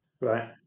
right